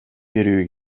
берүү